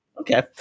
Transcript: okay